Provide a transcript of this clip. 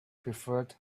preferred